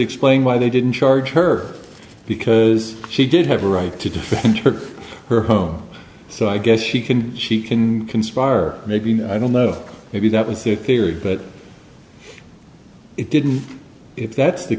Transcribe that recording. explain why they didn't charge her because she did have a right to defend her home so i guess she can she can conspire maybe i don't know maybe that was a period but it didn't if that's the